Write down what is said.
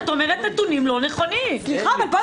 --- אני לא --- אני לא מבינה